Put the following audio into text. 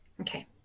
Okay